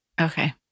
Okay